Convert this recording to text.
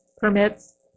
permits